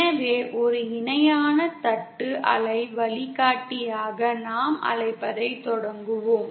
எனவே ஒரு இணையான தட்டு அலை வழிகாட்டியாக நாம் அழைப்பதைத் தொடங்குவோம்